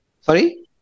Sorry